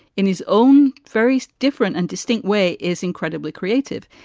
in his own very different and distinct way, is incredibly creative.